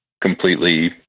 completely